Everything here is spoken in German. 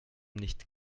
nicht